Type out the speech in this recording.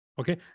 Okay